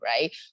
right